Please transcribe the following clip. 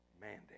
mandate